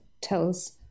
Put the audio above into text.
tells